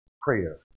prayer